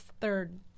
third